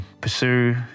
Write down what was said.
pursue